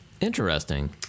Interesting